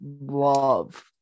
love